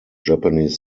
japanese